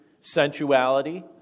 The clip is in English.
sensuality